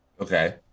Okay